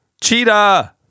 Cheetah